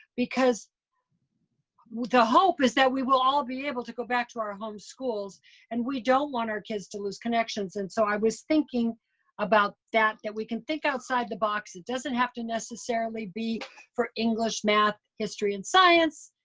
because the hope is that we will all be able to go back to our home schools and we don't want our kids to lose connections. and so i was thinking about that, that we can think outside the box, it doesn't have to necessarily be for english, math, history and science,